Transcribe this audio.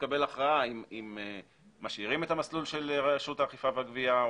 תתקבל הכרעה האם משאירים את המסלול של רשות האכיפה והגבייה.